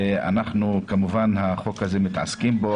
כמובן, מתעסקים בחוק הזה.